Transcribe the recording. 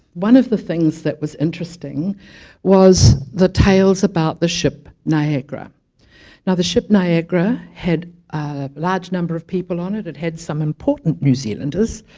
one of the things that was interesting was the tales about the ship niagara and the ship niagara had a large number of people on it, it has some important new zealanders